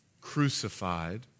crucified